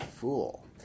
Fool